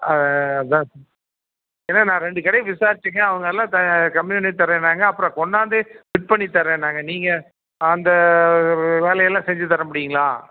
அதான் ஏன்னா நான் ரெண்டு கடையை விசாரித்தேங்க அவங்கள்லாம் கம்மி பண்ணி தர்றேன்னாங்க அப்புறம் கொண்டாந்து ஃபிட் பண்ணி தர்றேன்னாங்க நீங்கள் அந்த வேலையெல்லாம் செஞ்சு தர முடியும்ங்களா